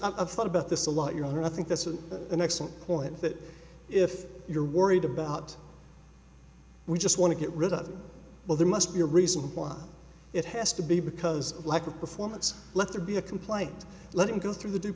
of thought about this a lot you don't i think this is an excellent point that if you're worried about we just want to get rid of well there must be a reason why it has to be because of lack of performance let there be a complaint let him go through the